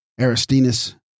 Aristinus